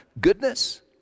goodness